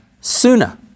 sooner